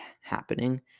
happening